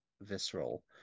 visceral